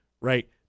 right